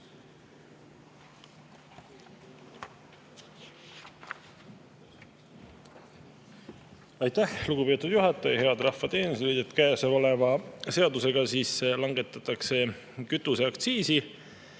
Aitäh, lugupeetud juhataja! Head rahva teenrid! Käesoleva seadusega langetataks kütuseaktsiisi